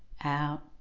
out